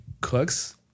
cooks